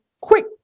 quick